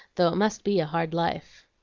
though it must be a hard life.